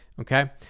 okay